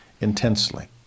intensely